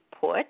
put